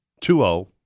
2-0